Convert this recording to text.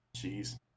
Jeez